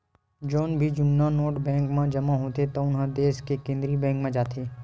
जउन भी जुन्ना नोट बेंक म जमा होथे तउन ह देस के केंद्रीय बेंक म जाथे